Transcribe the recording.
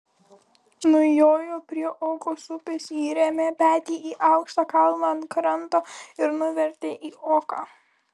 nujojo prie okos upės įrėmė petį į aukštą kalną ant kranto ir nuvertė į oką